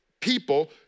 people